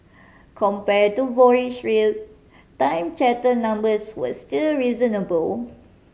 compare to voyage rate time charter numbers were still reasonable